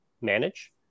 manage